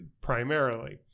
primarily